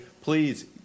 please